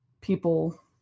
people